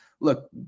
Look